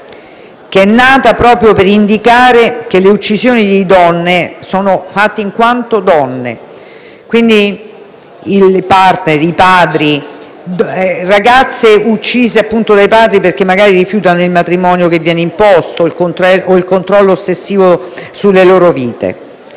che è nata proprio per indicare che le uccisioni di donne sono fatte in quanto donne. Ragazze uccise dai *partner* o dai padri perché magari rifiutano il matrimonio che viene imposto o il controllo ossessivo sulle loro vite.